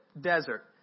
desert